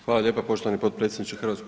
Hvala lijepa poštovani potpredsjedniče HS.